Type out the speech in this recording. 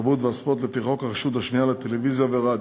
התרבות והספורט לפי חוק הרשות השנייה לטלוויזיה ורדיו.